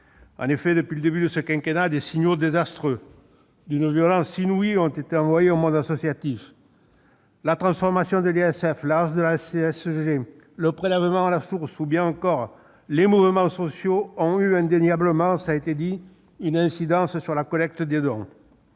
En effet, depuis le début de ce quinquennat, des signaux désastreux, d'une violence inouïe, ont été envoyés au monde associatif. La transformation de l'ISF, la hausse de la CSG, le prélèvement à la source ou bien encore les mouvements sociaux ont eu indéniablement, cela a été dit, une incidence sur la collecte de dons.